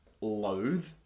loathe